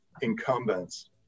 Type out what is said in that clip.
incumbents